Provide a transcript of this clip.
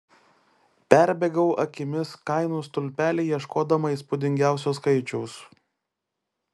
perbėgau akimis kainų stulpelį ieškodama įspūdingiausio skaičiaus